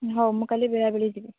ହଉ ମୁଁ କାଲି ବେଳା ବେଳି ଯିବି